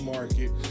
Market